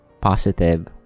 positive